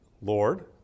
Lord